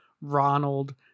Ronald